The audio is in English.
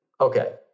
Okay